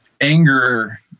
Anger